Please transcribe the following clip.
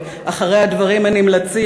65% עלייה במחירי הקפה